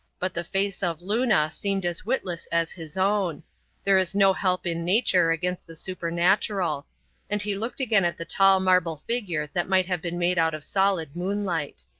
but the face of luna seemed as witless as his own there is no help in nature against the supernatural and he looked again at the tall marble figure that might have been made out of solid moonlight.